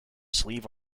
sleeve